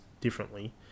differently